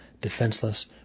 defenseless